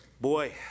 boy